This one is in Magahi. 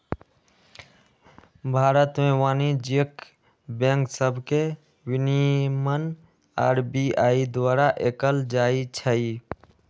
भारत में वाणिज्यिक बैंक सभके विनियमन आर.बी.आई द्वारा कएल जाइ छइ